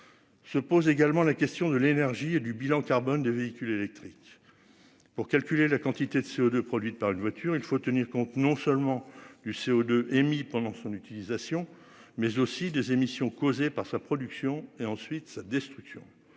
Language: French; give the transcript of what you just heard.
Se pose également la question de l'énergie et du bilan carbone de véhicules électriques. Pour calculer la quantité de CO2 produites par une voiture, il faut tenir compte non seulement du CO2 émis pendant son utilisation mais aussi de émissions causées par sa production et ensuite sa destruction.